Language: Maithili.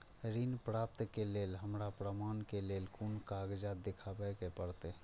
ऋण प्राप्त के लेल हमरा प्रमाण के लेल कुन कागजात दिखाबे के परते?